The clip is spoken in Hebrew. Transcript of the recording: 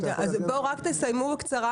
רק תסיימו בקצרה,